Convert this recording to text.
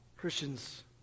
Christians